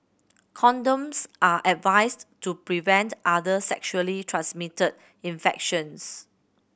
condoms are advised to prevent other sexually transmitted infections